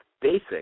basic